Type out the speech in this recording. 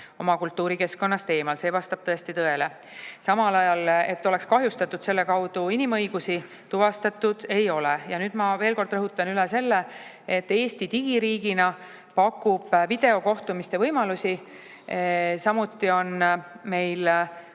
oma kultuurikeskkonnast eemal. See vastab tõesti tõele. Samal ajal seda, et selle kaudu oleks kahjustatud inimõigusi, tuvastatud ei ole. Ja nüüd ma veel kord rõhutan üle selle, et Eesti digiriigina pakub videokohtumiste võimalusi. Samuti on meil